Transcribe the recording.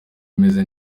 meze